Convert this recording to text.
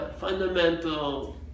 Fundamental